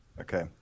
Okay